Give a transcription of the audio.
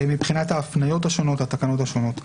מבחינת ההפניות השונות לתקנות השונות.